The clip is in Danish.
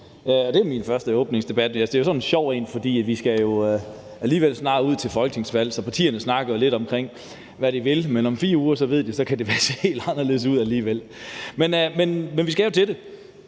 her er min første åbningsdebat, og det er jo sådan en sjov debat, for vi skal alligevel snart have et folketingsvalg, så partierne snakker lidt om, hvad de vil, men de ved, at det om 4 uger kan se helt anderledes ud. Men vi skal jo til det,